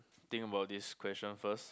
think about this question first